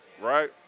right